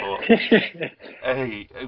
Hey